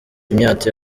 imyato